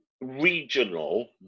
regional